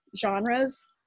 genres